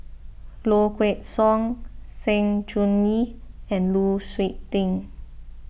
Low Kway Song Sng Choon Yee and Lu Suitin